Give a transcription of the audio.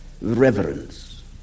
reverence